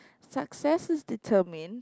success is determined